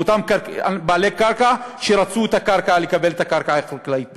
אותם בעלי קרקע שרצו לקבל את הקרקע החקלאית בחזרה,